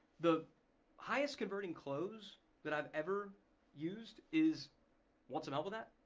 the highest converting close that i've ever used is want some help with that?